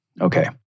Okay